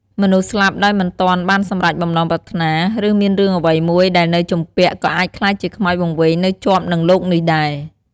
មនុស្សស្លាប់ដោយមិនទាន់បានសម្រេចបំណងប្រាថ្នា ឬមានរឿងអ្វីមួយដែលនៅជំពាក់ ក៏អាចក្លាយជាខ្មោចវង្វេងនៅជាប់នឹងលោកនេះដែរ។